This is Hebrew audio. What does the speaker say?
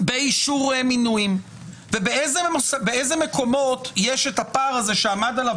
באישור מינויים ובאיזה מקומות יש את הפער הזה שעמד עליו